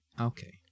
Okay